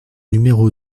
numéro